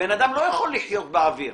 בן אדם לא יכול לחיות באוויר.